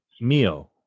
Meal